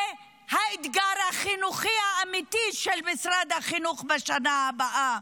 זה האתגר החינוכי האמיתי של משרד החינוך בשנה הבאה,